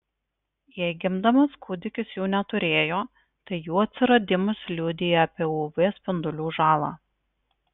jei gimdamas kūdikis jų neturėjo tai jų atsiradimas liudija apie uv spindulių žalą